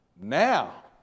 Now